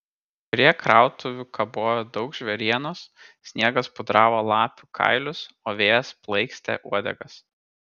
prie krautuvių kabojo daug žvėrienos sniegas pudravo lapių kailius o vėjas plaikstė uodegas